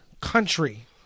country